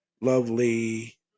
lovely